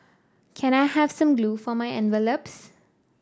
can I have some glue for my envelopes